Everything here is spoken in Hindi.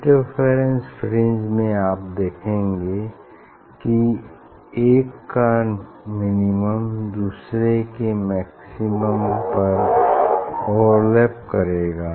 इंटरफेरेंस फ्रिंज में आप क्या देखेंगे कि एक का मिनिमम दूसरे के मैक्सिमम पर ओवरलैप करेगा